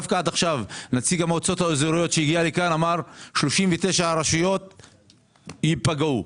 נציג המועצות האזוריות שהגיע לכאן אמר 39 רשויות ייפגעו.